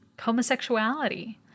Homosexuality